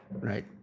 right